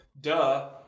Duh